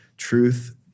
truth